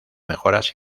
mejoras